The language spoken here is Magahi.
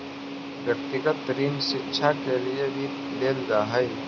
व्यक्तिगत ऋण शिक्षा के लिए भी लेल जा हई